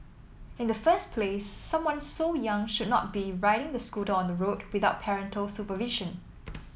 in the first place someone so young should not be riding the scooter on the road without parental supervision